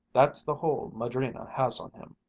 that's the hold madrina has on him.